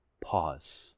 Pause